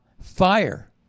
fire